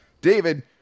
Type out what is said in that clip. david